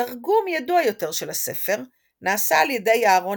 תרגום ידוע יותר של הספר נעשה על ידי אהרן